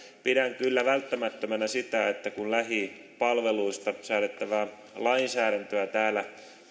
pidän kyllä välttämättömänä sitä että kun lähipalveluista säädettävää lainsäädäntöä täällä